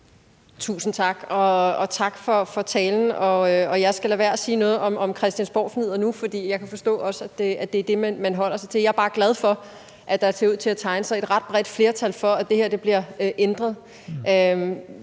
Tusind tak, og tak for talen. Jeg skal lade være med at sige noget om christiansborgfnidder, for jeg kan forstå, at det er det, man holder sig til. Jeg er bare glad for, at der ser ud til at tegne sig et ret bredt flertal for, at det her bliver ændret.